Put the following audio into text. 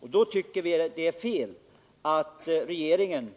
Därför tycker vi att det är fel att regeringen